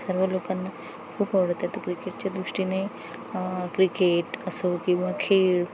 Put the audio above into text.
सर्व लोकांना खूप आवडतात तो क्रिकेटच्या दृष्टीने क्रिकेट असो किंवा खेळ